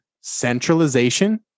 centralization